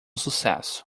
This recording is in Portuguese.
sucesso